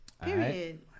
Period